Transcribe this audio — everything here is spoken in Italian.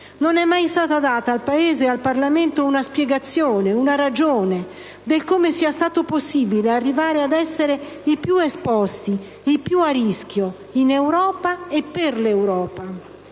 Non è mai stata data al Paese e al Parlamento una spiegazione, una ragione del come sia stato possibile arrivare ad essere i più esposti, i più a rischio, in Europa e per l'Europa.